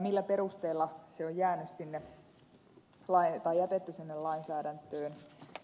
millä perusteella se on jätetty sinne lainsäädäntöön